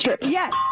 Yes